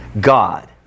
God